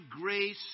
grace